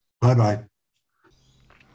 Bye-bye